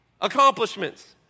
accomplishments